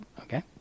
Okay